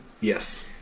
Yes